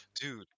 dude